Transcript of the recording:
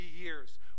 years